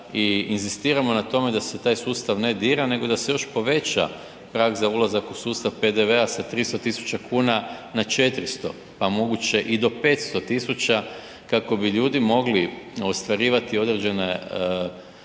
i inzistiramo na tome da se taj sustav ne dira, nego da se još poveća prag za ulazak u sustav PDV-a sa 300.000,00 kn na 400, pa moguće i do 500,000,00 kn kako bi ljudi mogli ostvarivati određene svoje